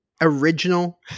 original